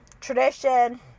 tradition